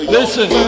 listen